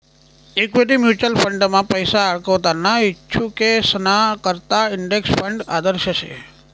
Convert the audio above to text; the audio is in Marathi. इक्वीटी म्युचल फंडमा पैसा आडकवाना इच्छुकेसना करता इंडेक्स फंड आदर्श शे